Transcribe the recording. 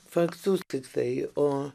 faktus tiktai o